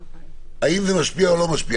האם זה משפיע או לא משפיע.